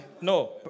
No